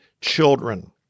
children